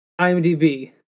IMDb